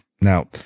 Now